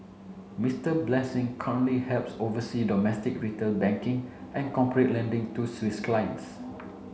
Mister Blessing currently helps oversee domestic retail banking and corporate lending to Swiss clients